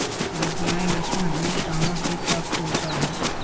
Offline ऋण हमें कहां से प्राप्त होता है?